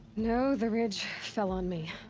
no, the ridge. fell on me.